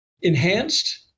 enhanced